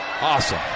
Awesome